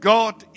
God